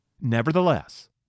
Nevertheless